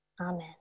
Amen